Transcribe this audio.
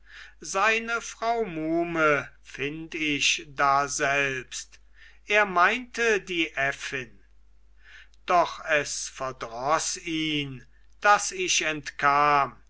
seine frau muhme find ich daselbst er meinte die äffin doch es verdroß ihn daß ich entkam